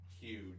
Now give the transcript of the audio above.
huge